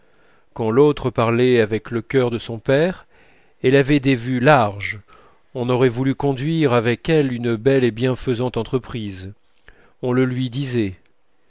quand l'autre parlait avec le cœur de son père elle avait des vues larges on aurait voulu conduire avec elle une belle et bienfaisante entreprise on le lui disait